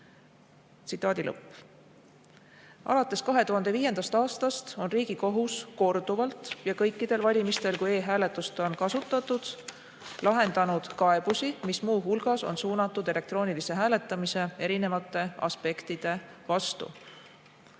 ja salajasus."Alates 2005. aastast on Riigikohus korduvalt ja kõikidel valimistel, kui e-hääletust on kasutatud, lahendanud kaebusi, mis muu hulgas on suunatud elektroonilise hääletamise erinevate aspektide vastu.